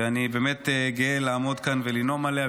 ואני באמת גאה לעמוד כאן ולנאום עליה,